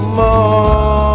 more